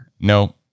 No